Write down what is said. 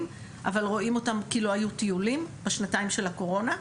אבל רואים אותם כי לא היו טיולים בשנתיים של הקורונה,